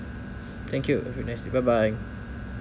thank you have a nice day bye bye